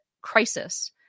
crisis